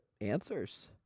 answers